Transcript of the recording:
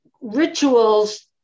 rituals